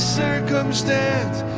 circumstance